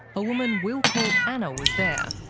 a woman we'll call anna was there,